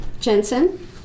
Jensen